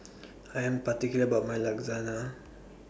I'm particular about My